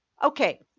Okay